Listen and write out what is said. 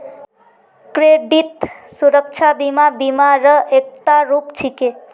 credit सुरक्षा बीमा बीमा र एकता रूप छिके